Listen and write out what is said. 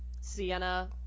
sienna